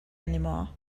anymore